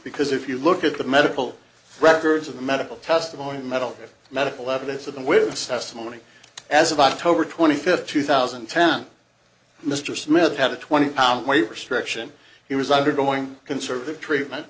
because if you look at the medical records of the medical testimony metal medical evidence of the witness testimony as of october twenty fifth two thousand and ten mr smith had a twenty pound weight restriction he was undergoing conservative treatment